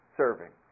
serving